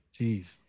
Jeez